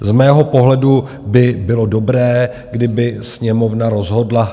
Z mého pohledu by bylo dobré, kdyby Sněmovna rozhodla.